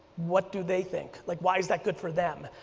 what do they think, like why is that good for them,